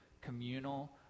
communal